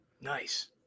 nice